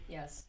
Yes